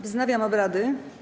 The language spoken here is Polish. Wznawiam obrady.